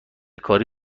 کاری